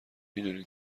میدونین